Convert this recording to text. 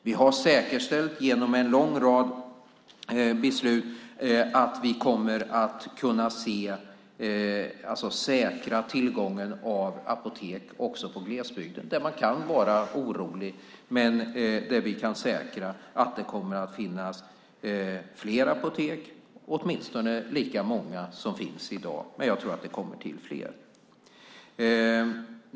Vi har säkerställt, genom en lång rad beslut, att vi kommer att kunna säkra tillgången på apotek också på glesbygden. Där kan man vara orolig, men vi kan säkra att det där kommer att finnas åtminstone lika många apotek som det finns i dag. Men jag tror att det kommer till fler.